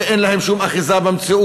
שאין להן שום אחיזה במציאות,